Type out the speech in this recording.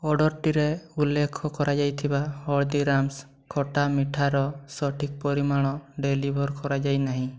ଅର୍ଡ଼ର୍ଟିରେ ଉଲ୍ଲେଖ କରାଯାଇଥିବା ହଳଦୀରାମ୍ସ୍ ଖଟା ମିଠାର ସଠିକ୍ ପରିମାଣ ଡେଲିଭର୍ କରାଯାଇ ନାହିଁ